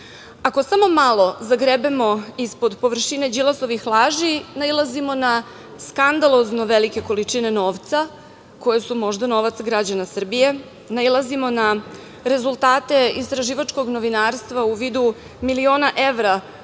samo malo zagrebemo ispod površine Đilasovih laži, nailazimo na skandalozno velike količine novca koje su možda novac građana Srbije, nailazimo na rezultate istraživačkog novinarstva u vidu miliona evra